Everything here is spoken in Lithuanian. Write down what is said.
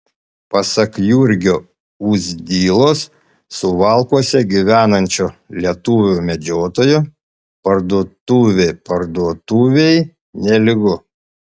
pasak jurgio uzdilos suvalkuose gyvenančio lietuvio medžiotojo parduotuvė parduotuvei nelygu